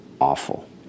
awful